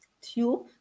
tube